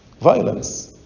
Violence